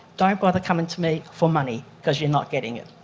don't bother coming to me for money because you're not getting it.